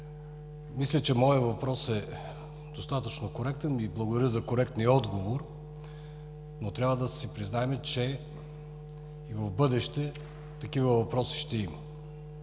Мисля, че моят въпрос е достатъчно коректен и благодаря за коректния отговор, но трябва да признаем, че и в бъдеще такива въпроси ще има.